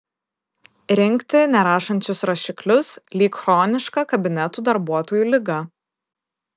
rinkti nerašančius rašiklius lyg chroniška kabinetų darbuotojų liga